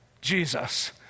Jesus